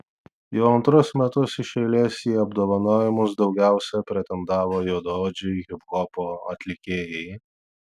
jau antrus metus iš eilės į apdovanojimus daugiausiai pretendavo juodaodžiai hiphopo atlikėjai